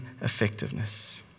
effectiveness